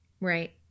right